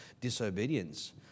disobedience